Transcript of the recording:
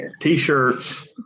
t-shirts